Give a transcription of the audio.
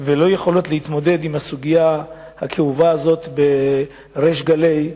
ולא יכולות להתמודד עם הסוגיה הכאובה הזאת בריש גלי,